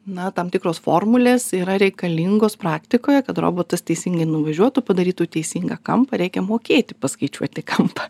na tam tikros formulės yra reikalingos praktikoje kad robotas teisingai nuvažiuotų padarytų teisingą kampą reikia mokėti paskaičiuoti kampą